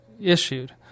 issued